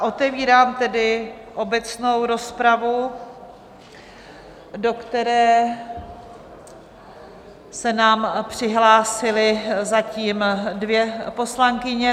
Otevírám tedy obecnou rozpravu, do které se nám přihlásily zatím dvě poslankyně.